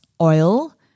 Oil